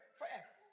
forever